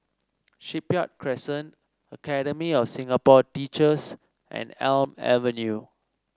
Shipyard Crescent Academy of Singapore Teachers and Elm Avenue